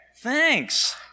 Thanks